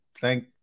Thank